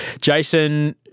Jason